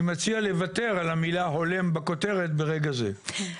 אני מציע לוותר על המילה "הולם" בכותרת ברגע זה.